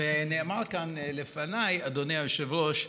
ונאמר כאן לפניי, אדוני היושב-ראש,